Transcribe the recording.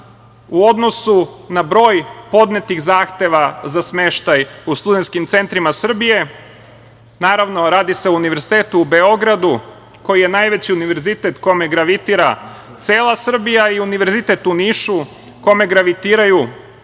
u odnosu na broj podnetih zahteva za smeštaju u studentskim centrima Srbije, naravno radi se o Univerzitetu u Beogradu, koji je najveći univerzitet kome gravitira cela Srbija, i Univerzitet u Nišu, kome gravitiraju